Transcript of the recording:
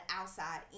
outside